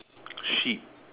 sheep